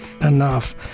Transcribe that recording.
enough